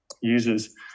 users